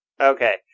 Okay